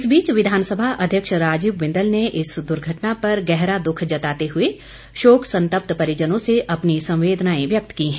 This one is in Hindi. इस बीच विधानसभा अध्यक्ष राजीव बिंदल ने इस दुर्घटना पर गहरा दुख जताते हुए शोक संतप्त परिजनों से अपनी संवेदनाएं व्यक्त की हैं